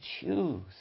choose